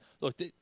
Look